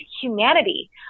humanity